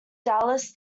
dallas